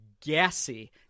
gassy